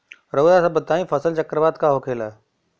रउआ सभ बताई फसल चक्रवात का होखेला?